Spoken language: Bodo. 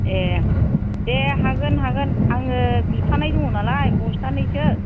ए दे हागोन हागोन आङो बिखानाय दङ' नालाय बस्थानैसो